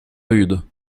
rude